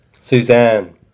Suzanne